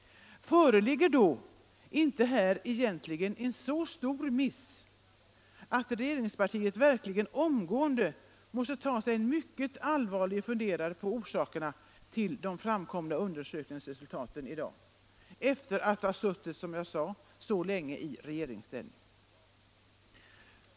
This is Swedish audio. Föreligger här inte en så stor miss att regeringspartiet verkligen omgående måste ta sig en mycket allvarlig funderare på orsakerna till de undersökningsresultat som framkommit nu efter så lång tid av socialdemokratiskt regeringsinnehav?